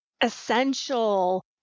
essential